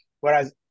Whereas